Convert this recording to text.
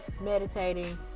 meditating